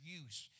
use